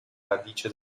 radice